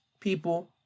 people